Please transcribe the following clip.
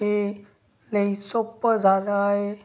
हे लई सोप्पं झालं आहे